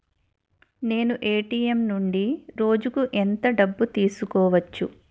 నేను ఎ.టి.ఎం నుండి రోజుకు ఎంత డబ్బు తీసుకోవచ్చు?